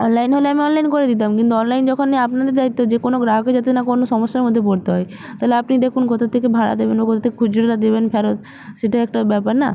online হলে আমি online করে দিতাম কিন্তু অনলাইন যখন নেই আপনারই দায়িত্ব যে কোনো গ্রাহককে যাতে না কোনো সমস্যার মধ্যে পড়তে হয় তাহলে আপনি দেখুন কোথা থেকে ভাড়া দেবেন বা কোথা থেকে খুচরোটা দেবেন ফেরত সেটাই একটা ব্যাপার না